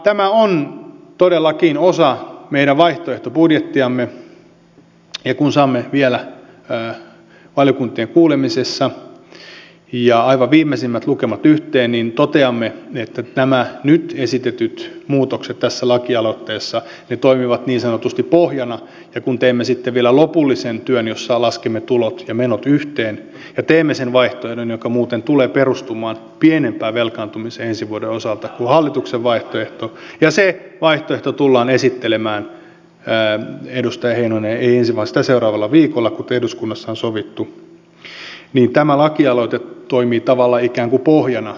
tämä on todellakin osa meidän vaihtoehtobudjettiamme ja kun saamme vielä valiokuntien kuulemisessa aivan viimeisimmät lukemat yhteen niin toteamme että nämä nyt esitetyt muutokset tässä lakialoitteessa toimivat niin sanotusti pohjana ja kun teemme sitten vielä lopullisen työn jossa laskemme tulot ja menot yhteen ja teemme sen vaihtoehdon joka muuten tulee perustumaan pienempään velkaantumiseen ensi vuoden osalta kuin hallituksen vaihtoehto ja se vaihtoehto tullaan esittelemään edustaja heinonen ei ensi vaan sitä seuraavalla viikolla kuten eduskunnassa on sovittu niin tämä lakialoite toimii tavallaan ikään kuin pohjana